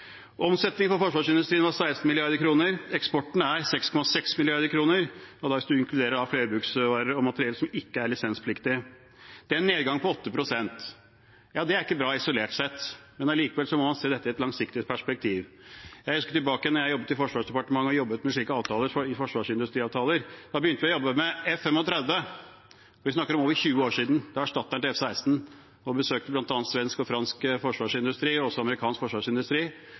forsvarsindustrien var på 16 mrd. kr. Eksporten er på 6,6 mrd. kr, hvis man inkluderer flerbruksvarer og materiell som ikke er lisenspliktig. Det er en nedgang på 8 pst. Det er ikke bra, isolert sett, men man må se dette i et langsiktig perspektiv. Jeg husker da jeg jobbet i Forsvarsdepartementet, og jobbet med slike forsvarsindustriavtaler, at vi begynte å jobbe med F-35 – da snakker vi om over 20 år siden – som var erstatteren til F-16, og vi besøkte bl.a. svensk og fransk og også amerikansk forsvarsindustri.